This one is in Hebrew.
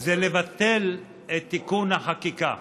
היא לבטל את תיקון החקיקה